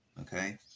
okay